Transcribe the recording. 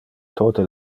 tote